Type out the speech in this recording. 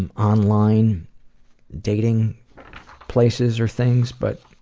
and online dating places or things, but